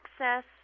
access